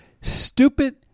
stupid